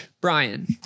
Brian